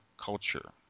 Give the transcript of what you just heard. culture